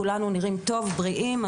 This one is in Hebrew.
כולנו נראים טוב ובריאים.